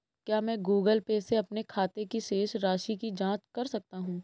क्या मैं Google Pay से अपने खाते की शेष राशि की जाँच कर सकता हूँ?